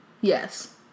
Yes